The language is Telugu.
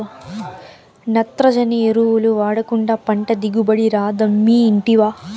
నత్రజని ఎరువులు వాడకుండా పంట దిగుబడి రాదమ్మీ ఇంటివా